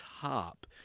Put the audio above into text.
top